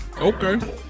Okay